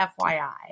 FYI